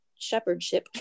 shepherdship